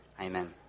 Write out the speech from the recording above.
Amen